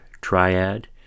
Triad